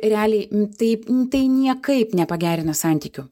realiai taip tai niekaip nepagerina santykių